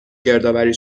گردآوری